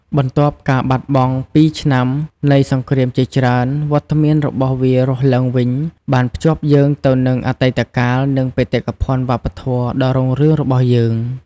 បន្ទាប់ការបាត់បង់ពីឆ្នាំនៃសង្គ្រាមជាច្រើន វត្តមានរបស់វារស់ឡើងវិញបានភ្ជាប់យើងទៅនឹងអតីតកាល និងបេតិកភណ្ឌវប្បធម៌ដ៏រុងរឿងរបស់យើង។